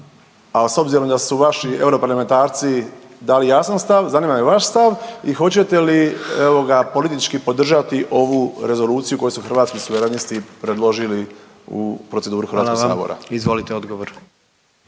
a s obzirom da su vaši europarlamentarci dali jasan stav, zanima me vaš stav i hoćete li, evo ga, politički podržati ovu rezoluciju koju su Hrvatski suverenisti predložili u proceduru HS? **Jandroković, Gordan